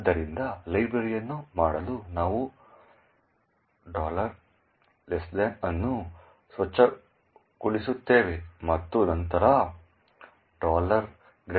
ಆದ್ದರಿಂದ ಲೈಬ್ರರಿಯನ್ನು ಮಾಡಲು ನಾವು ಅನ್ನು ಸ್ವಚ್ಛಗೊಳಿಸುತ್ತೇವೆ ಮತ್ತು ನಂತರ lib reloc ಮಾಡುತ್ತೇವೆ